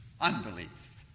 unbelief